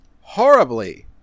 horribly